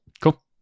Cool